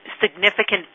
significant